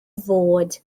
fod